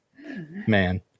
man